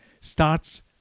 starts